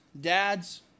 dads